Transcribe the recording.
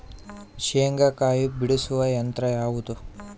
ಶೇಂಗಾಕಾಯಿ ಬಿಡಿಸುವ ಯಂತ್ರ ಯಾವುದು?